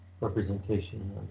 representation